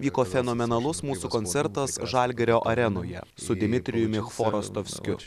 vyko fenomenalus mūsų koncertas žalgirio arenoje su dmitrijumi chorostovskiu